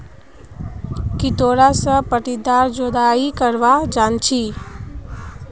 की तोरा सब पट्टीदार जोताई करवा जानछी